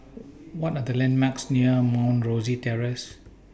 What Are The landmarks near Mount Rosie Terrace